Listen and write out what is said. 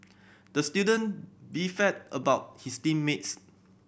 the student beefed about his team mates